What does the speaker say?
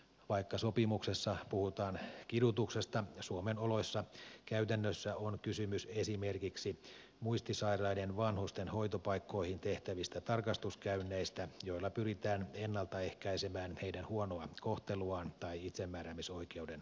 vaikka sopimuksessa puhutaan kidutuksesta suomen oloissa käytännössä on kysymys esimerkiksi muistisairaiden vanhusten hoitopaikkoihin tehtävistä tarkastuskäynneistä joilla pyritään ennaltaehkäisemään heidän huonoa kohteluaan tai itsemääräämisoikeutensa loukkauksia